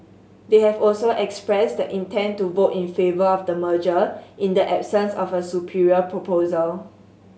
they have also expressed the intent to vote in favour of the merger in the absence of a superior proposal